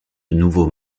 nouveau